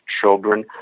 children